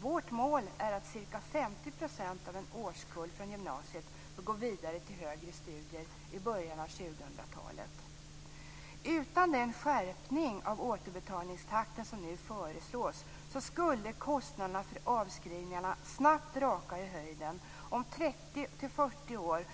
Vårt mål är att ca 50 % av en årskull från gymnasiet ska gå vidare till högre studier i början av 2000-talet. Utan den skärpning av återbetalningstakten som nu föreslås skulle kostnaderna för avskrivningarna snabbt raka i höjden. Om 30-40 år